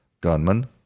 gunman